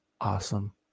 awesome